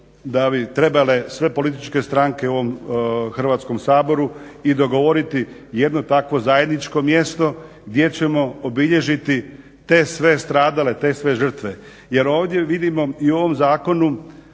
da bi trebale sve političke stranke u ovom Hrvatskom saboru i dogovoriti jedno takvo zajedničko mjesto gdje ćemo obilježiti te sve stradale, te sve žrtve. Jer ovdje vidimo i u ovom zakonu